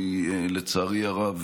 ולצערי הרב,